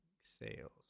sales